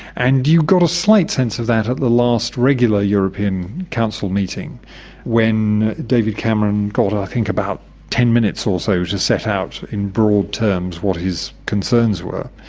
and you got a slight sense of that at the last regular european council meeting when david cameron got i think about ten minutes or so to set out in broad terms what his concerns were,